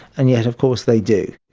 and yet of course they do.